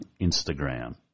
Instagram